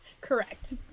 correct